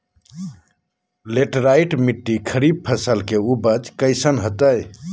Laterite मिट्टी खरीफ फसल के उपज कईसन हतय?